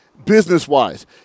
Business-wise